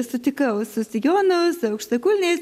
sutikau su sijonu su aukštakulniais